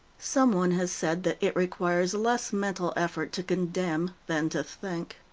someone has said that it requires less mental effort to condemn than to think.